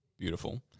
Beautiful